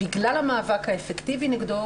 בגלל המאבק האפקטיבי נגדו,